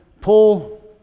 Paul